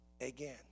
again